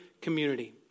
community